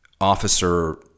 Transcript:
officer